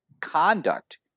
conduct